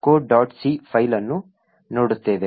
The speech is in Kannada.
c ಫೈಲ್ ಅನ್ನು ನೋಡುತ್ತೇವೆ